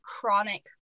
chronic